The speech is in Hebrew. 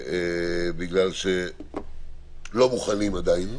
בגלל שלא מוכנים עדיין,